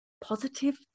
positive